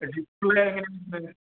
display എങ്ങനെയാണ് ഇതിൻ്റെ